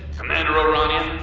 commander o'rania.